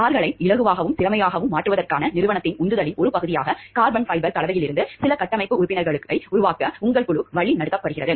கார்களை இலகுவாகவும் திறமையாகவும் மாற்றுவதற்கான நிறுவனத்தின் உந்துதலின் ஒரு பகுதியாக கார்பன் ஃபைபர் கலவையிலிருந்து சில கட்டமைப்பு உறுப்பினர்களை உருவாக்க உங்கள் குழு வழிநடத்தப்படுகிறது